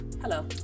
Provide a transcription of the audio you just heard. Hello